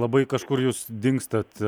labai kažkur jūs dingstat